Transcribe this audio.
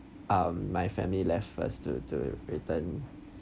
um my family left first to to return